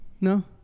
No